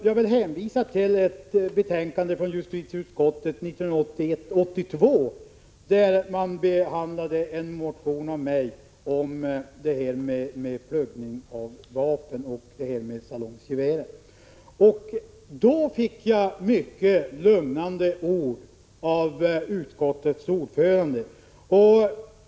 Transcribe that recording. Jag vill hänvisa till ett betänkande från justitieutskottet 1981/82, där man behandlade en motion av mig om pluggning av vapen och om salongsgevär. Då fick jag höra mycket lugnande ord av utskottets ordförande.